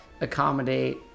accommodate